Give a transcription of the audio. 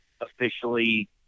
officially